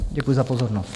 Děkuji za pozornost.